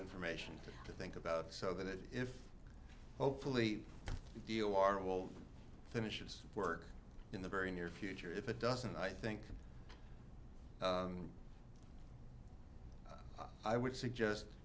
information to think about so that if hopefully vilar will finish its work in the very near future if it doesn't i think i would suggest